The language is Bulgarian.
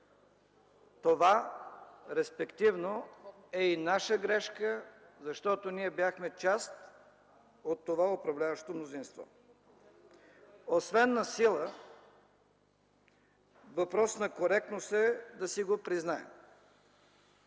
Това респективно е и наша грешка, защото ние бяхме част от това управляващо мнозинство. Освен на сила, въпрос на коректност е да си го признаем.